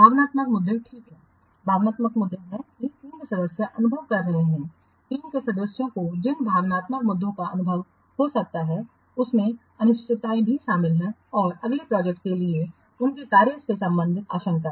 भावनात्मक मुद्दे ठीक हैं भावनात्मक मुद्दे हैं कि टीम के सदस्य अनुभव कर सकते हैं टीम के सदस्यों को जिन भावनात्मक मुद्दों का अनुभव हो सकता है उनमें अनिश्चितताएं भी शामिल हैं और अगली प्रोजेक्ट के लिए उनके कार्य से संबंधित आशंकाएँ